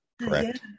correct